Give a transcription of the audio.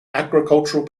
agricultural